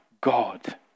God